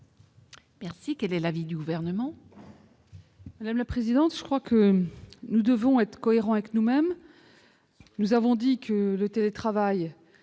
... Quel est l'avis du Gouvernement ?